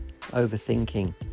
overthinking